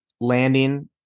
landing